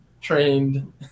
trained